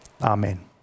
Amen